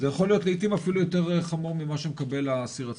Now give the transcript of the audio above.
זה יכול להיות לעיתים חמור ממה שמקבל האסיר עצמו.